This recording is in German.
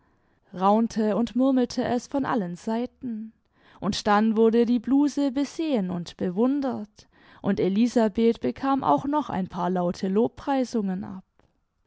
raimte und murmelte es von allen seiten und dann wurde die bluse besehen imd bewundert und elisabeth bekam auch noch ein paar laute lobpreisungen ab